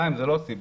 חיים, זה לא הסיבה.